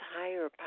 higher